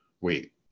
Wait